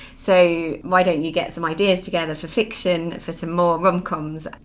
so why don't you get some ideas together for fiction for some more rom-coms,